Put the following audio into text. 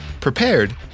prepared